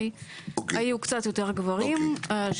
היו קצת יותר גברים,